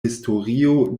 historio